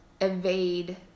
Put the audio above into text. evade